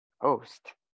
host